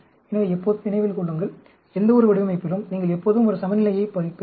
எனவே எப்போதும் நினைவில் கொள்ளுங்கள் எந்தவொரு வடிவமைப்பிலும் நீங்கள் எப்போதும் ஒரு சமநிலையைப் பெறுவீர்கள்